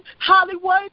hollywood